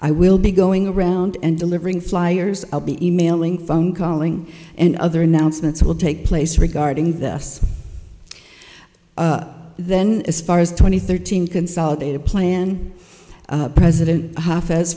i will be going around and delivering flyers i'll be emailing phone calling and other announcements will take place regarding this then as far as twenty thirteen consolidated plan president ha